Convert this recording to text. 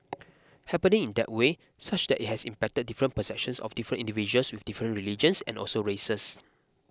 happening in that way such that it has impacted different perceptions of different individuals with different religions and also races